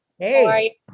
Hey